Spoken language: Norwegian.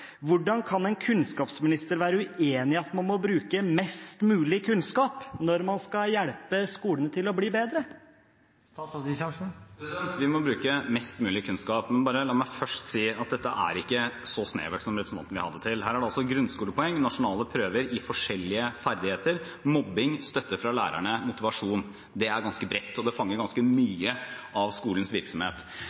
Hvordan kan en kunnskapsminister være uenig i at man må bruke mest mulig kunnskap når man skal hjelpe skolene til å bli bedre? Vi må bruke mest mulig kunnskap, men la meg bare først si at dette er ikke så snevert som representanten vil ha det til, for det innbefatter altså grunnskolepoeng, nasjonale prøver i forskjellige ferdigheter, mobbing, støtte fra lærerne og motivasjon. Det er ganske bredt, og det fanger ganske mye av skolens virksomhet.